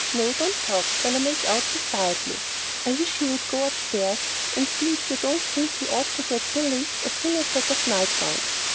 no, don't talk while i make out these diet lists! i wish you would go upstairs and see if you don't think we ought to get billy a thinner set of nightgowns.